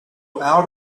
out